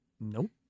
Nope